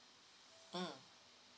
mm